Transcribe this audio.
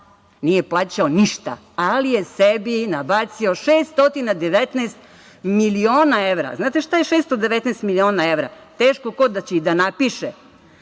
nije plaćao ništa, ali je sebi nabacio 619 miliona evra. Znate šta je 619 miliona evra? Teško ko da će i da napiše. Mi